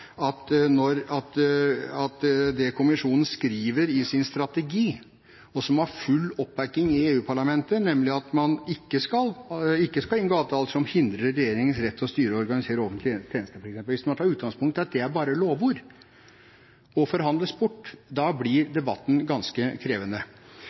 at det kommisjonen skriver i sin strategi, og som har full oppbakking i EU-parlamentet, nemlig at man ikke skal inngå avtaler som hindrer regjeringenes rett til å styre og organisere offentlige